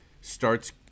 starts